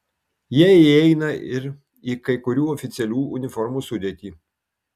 jie įeina ir į kai kurių oficialių uniformų sudėtį